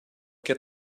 get